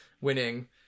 winning